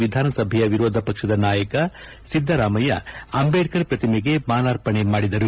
ವಿಧಾನ ಸಭೆಯ ವಿರೋಧ ಪಕ್ಷದ ನಾಯಕ ಸಿದ್ದರಾಮಯ್ಯ ಅಂದೇಡ್ಕರ್ ಪ್ರತಿಮೆಗೆ ಮಾಲಾರ್ಪಣೆ ಮಾಡಿದರು